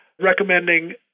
recommending